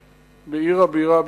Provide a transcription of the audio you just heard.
בעיר הבירה, בירושלים.